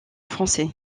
français